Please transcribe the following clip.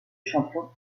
champion